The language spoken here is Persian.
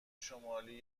شمالی